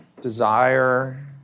Desire